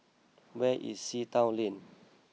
where is Sea Town Lane